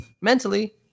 mentally